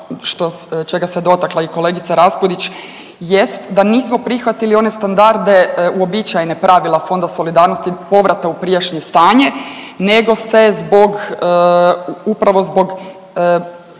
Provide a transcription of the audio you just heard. čega se dotakla i kolegica Raspudić jest da nismo prihvatili one standarde uobičajena pravila Fonda solidarnosti povrata u prijašnje stanje nego se zbog, upravo zbog,